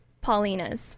Paulina's